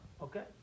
okay